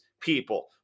people